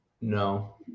No